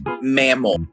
mammal